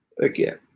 again